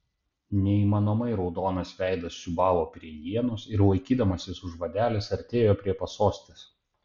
neįmanomai raudonas veidas siūbavo prie ienos ir laikydamasis už vadelės artėjo prie pasostės